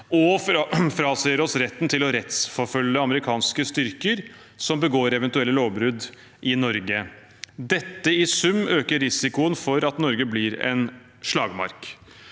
og frasier seg retten til å rettsforfølge amerikanske styrker som begår eventuelle lovbrudd i Norge. Dette i sum øker risikoen for at Norge blir en slagmark.